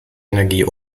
energie